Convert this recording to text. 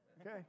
okay